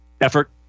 effort